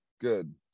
good